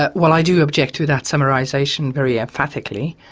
but well, i do object to that summarisation very emphatically.